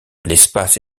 l’espace